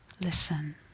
Listen